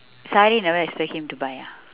sari never expect him to buy ah